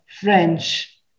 French